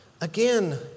Again